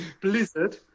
blizzard